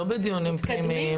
לא בדיונים פנימיים.